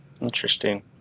interesting